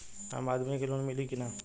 आम आदमी के लोन मिली कि ना?